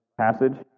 passage